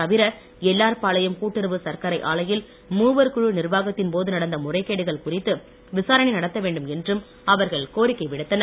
தவிர எல்ஆர் பாளையம் கூட்டுறவு சர்க்கரை ஆலையில் மூவர் குழு நிர்வாகத்தின் போது நடந்த முறைகேடுகள் குறித்து விசாரணை நடத்த வேண்டும் என்றும் அவர்கள் கோரிக்கை விடுத்தனர்